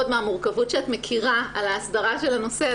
מהמורכבות שאת מכירה על ההסדרה של הנושא,